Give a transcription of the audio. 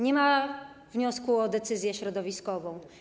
Nie ma wniosku o decyzję środowiskową.